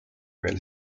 veel